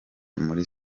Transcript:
muri